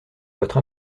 votre